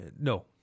No